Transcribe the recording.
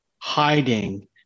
hiding